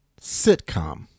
sitcom